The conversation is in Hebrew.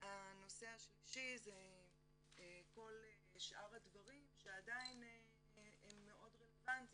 והנושא השלישי זה כל שאר הדברים שעדיין הם מאוד רלבנטיים,